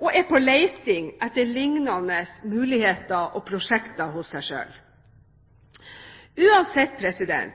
og er på leting etter lignende muligheter og prosjekter hos seg selv. Uansett er